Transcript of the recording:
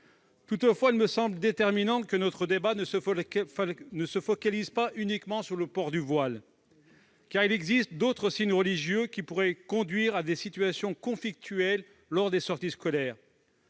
Toutefois, il me semble déterminant que notre débat ne se focalise pas sur le port du voile, car il existe d'autres signes religieux susceptibles de provoquer des situations conflictuelles lors des sorties scolaires.